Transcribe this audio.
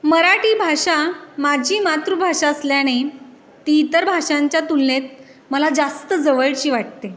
मराठी भाषा माझी मातृभाषा असल्याने ती इतर भाषांच्या तुलनेत मला जास्त जवळची वाटते